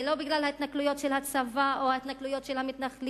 זה לא בגלל ההתנכלויות של הצבא או ההתנכלויות של המתנחלים,